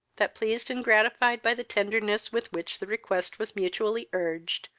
that, pleased and gratified by the tenderness with which the request was mutually urged,